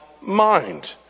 mind